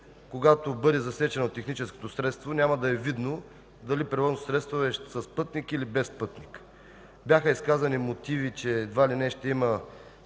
когато бъде засечен от техническото средство, няма да е видно дали превозното средство е с пътник, или без пътник. Бяха изказани мотиви, че едва ли не ще има